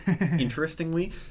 interestingly